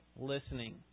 listening